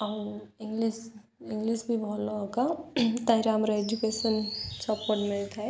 ଆଉ English English ବି ଭଲ ହେବ ତାହିରେ ଆମର ଏଜୁକେସନ୍ ସପୋର୍ଟ ମିଳିଥାଏ